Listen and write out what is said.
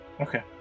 Okay